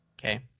Okay